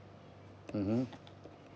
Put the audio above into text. mmhmm